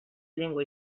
llengua